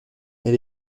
elle